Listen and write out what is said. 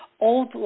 old